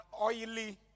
oily